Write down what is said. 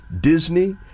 Disney